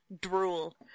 drool